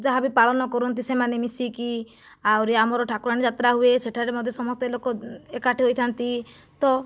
ଯାହାବି ପାଳନ କରନ୍ତି ସେମାନେ ମିଶିକି ଆହୁରି ଆମର ଠାକୁରାଣୀ ଯାତ୍ରା ହୁଏ ସେଠାରେ ମଧ୍ୟ ସମସ୍ତେ ଲୋକ ଏକାଠି ହୋଇଥାନ୍ତି ତ